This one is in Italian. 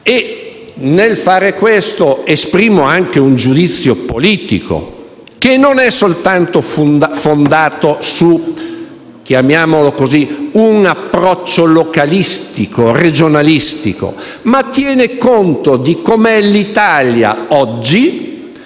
Nel far questo, esprimo anche un giudizio politico, che non è fondato soltanto su un approccio localistico e regionalistico, ma tiene conto di come è l'Italia oggi